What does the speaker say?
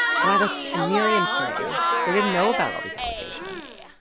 gladys and miriam say they didn't know about all these allegations.